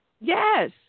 Yes